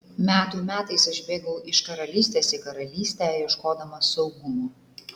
metų metais aš bėgau iš karalystės į karalystę ieškodamas saugumo